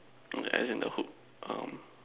mm at least in the Hood um